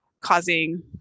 causing